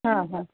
हां हां